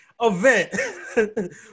event